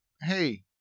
hey